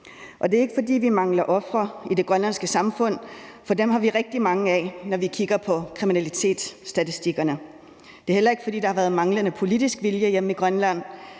Det er ikke, fordi vi mangler ofre i det grønlandske samfund. Dem har vi rigtig mange af, når vi kigger på kriminalitetsstatistikkerne. Det er heller ikke, fordi der har været manglende politisk vilje hjemme i Grønland.